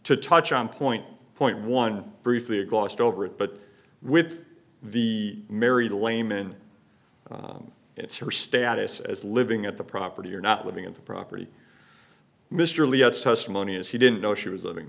to touch on point point one briefly a glossed over it but with the married a layman it's her status as living at the property you're not living in the property mr lee it's testimony is he didn't know she was living